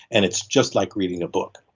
and it's just like reading a book.